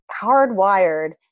hardwired